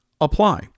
apply